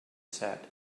set